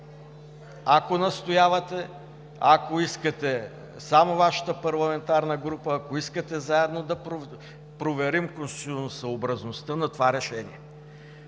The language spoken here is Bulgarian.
ако настоявате, ако искате само Вашата парламентарна група, ако искате заедно, да проверим конституционносъобразността на това решение.